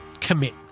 commit